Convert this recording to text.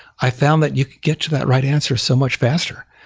i found that you could get to that right answer so much faster.